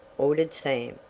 ordered sam,